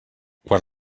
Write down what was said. quan